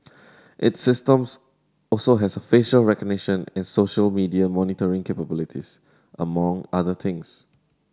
its systems also has a facial recognition and social media monitoring capabilities among other things